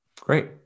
great